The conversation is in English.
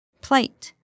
Plate